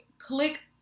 Click